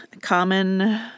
Common